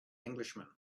englishman